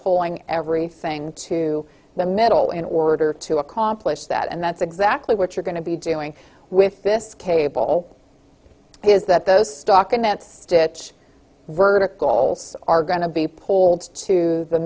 pulling everything to the middle in order to accomplish that and that's exactly what you're going to be doing with this cable is that those stock in that stitch verdict goals are going to be pulled to the